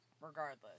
regardless